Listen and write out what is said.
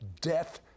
death